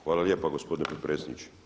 Hvala lijepa gospodine potpredsjedniče.